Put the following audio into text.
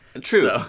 True